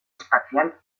espacial